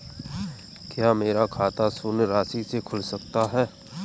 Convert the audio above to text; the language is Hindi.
क्या मेरा खाता शून्य राशि से खुल सकता है?